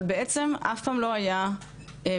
אבל בעצם אף פעם לא היה ממוספר.